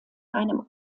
einem